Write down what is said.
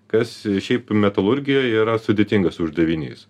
kas šiaip metalurgijoj yra sudėtingas uždavinys